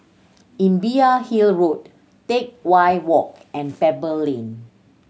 Imbiah Hill Road Teck Whye Walk and Pebble Lane